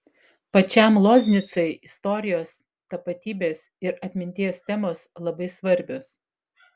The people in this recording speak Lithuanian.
pačiam loznicai istorijos tapatybės ir atminties temos labai svarbios